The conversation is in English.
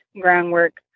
groundwork